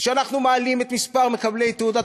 וכשאנחנו מעלים את מספר מקבלי תעודת